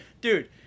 dude